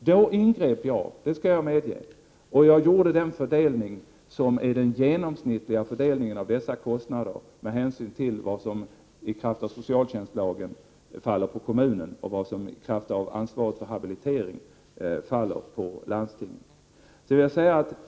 Då ingrep jag — det skall jag medge — och jag gjorde den fördelning som är den genomsnittliga fördelningen av dessa kostnader med hänsyn till vad som i kraft av socialtjänstlagen faller på kommunen och vad som i kraft av ansvaret för habilitering faller på landstinget.